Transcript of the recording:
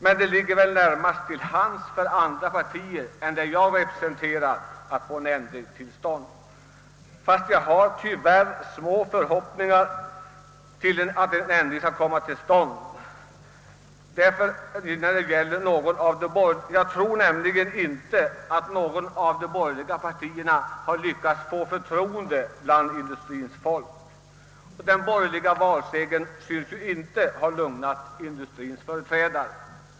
Men det ligger väl närmare till hands för andra partier än för det jag representerar att få en ändring till stånd. Tyvärr har jag emellertid små förhoppningar om att något av de borgerliga partierna har lyckats få förtroende bland industriens folk. Den borgerliga valsegern synes ju inte ha lugnat industriens företrädare.